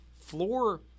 floor